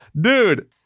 dude